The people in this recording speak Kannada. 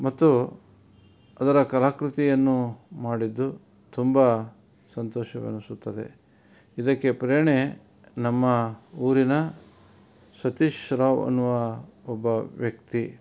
ಮತ್ತು ಅದರ ಕಲಾಕೃತಿಯನ್ನು ಮಾಡಿದ್ದು ತುಂಬಾ ಸಂತೋಷವೆನಿಸುತ್ತದೆ ಇದಕ್ಕೆ ಪ್ರೇರಣೆ ನಮ್ಮ ಊರಿನ ಸತೀಶ್ ರಾವ್ ಅನ್ನುವ ಒಬ್ಬ ವ್ಯಕ್ತಿ